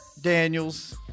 Daniels